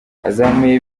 azamuye